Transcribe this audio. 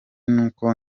n’uko